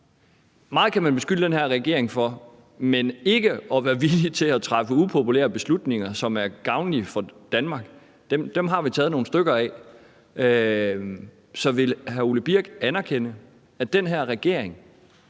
Meget kan man beskylde den her regering for, men ikke for at mangle vilje til at træffe upopulære beslutninger, som er gavnlige for Danmark. Dem har regeringen taget nogle stykker af. Så vil hr. Ole Birk Olesen anerkende, at den her regering,